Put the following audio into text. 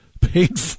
paid